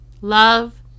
Love